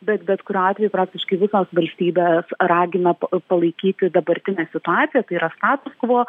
bet bet kuriuo atveju praktiškai visos valstybės ragina pa palaikyti dabartinę situaciją tai yra status kvo